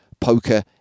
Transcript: poker